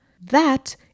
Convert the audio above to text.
That